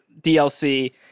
dlc